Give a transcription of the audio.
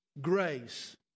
grace